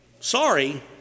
Sorry